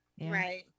Right